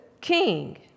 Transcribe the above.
king